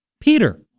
Peter